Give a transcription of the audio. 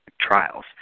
trials